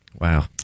Wow